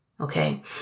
okay